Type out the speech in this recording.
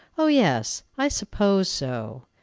o yes! i suppose so!